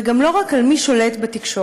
וגם לא רק על מי שולט בתקשורת,